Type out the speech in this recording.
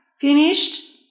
finished